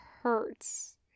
hurts